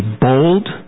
bold